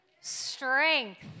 strength